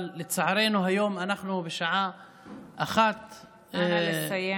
אבל לצערנו היום אנחנו בשעה 01:00,